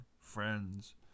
friends